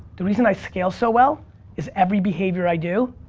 the reason i scale so well is every behavior i do